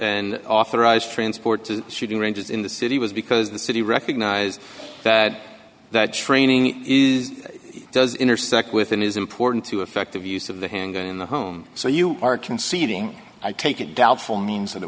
an authorized transport to shooting ranges in the city was because the city recognized that that training is does intersect with and is important to effective use of the handgun in the home so you are conceding i take it doubtful means that it